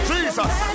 Jesus